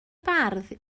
bardd